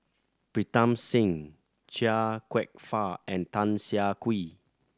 Pritam Singh Chia Kwek Fah and Tan Siah Kwee